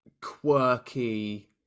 quirky